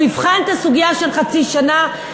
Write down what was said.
הוא יבחן את הסוגיה של חצי שעה.